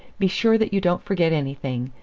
be sure that you don't forget anything,